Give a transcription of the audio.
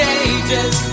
ages